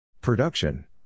Production